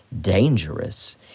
dangerous